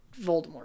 Voldemort